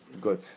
Good